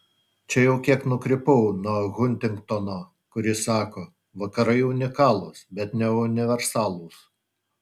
čia jau kiek nukrypau nuo huntingtono kuris sako vakarai unikalūs bet ne universalūs